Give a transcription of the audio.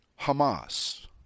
Hamas